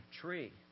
tree